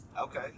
okay